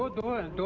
the one